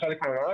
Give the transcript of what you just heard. את השכירויות.